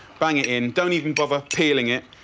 bang it in, don't even bother peeling it.